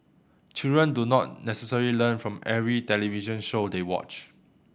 children do not necessarily learn from every television show they watch